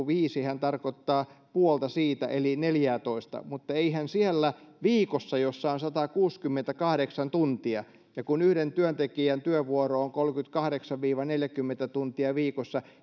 viisihän tarkoittaa puolta siitä eli neljäätoista mutta eihän siellä viikossa jossa on satakuusikymmentäkahdeksan tuntia ja kun yhden työntekijän työvuoro on kolmekymmentäkahdeksan viiva neljäkymmentä tuntia viikossa